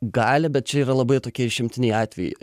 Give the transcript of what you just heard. gali bet čia yra labai tokie išimtiniai atvejai